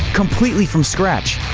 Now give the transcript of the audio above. completely from scratch?